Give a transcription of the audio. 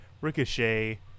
Ricochet